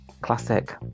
classic